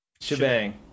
Shebang